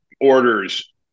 orders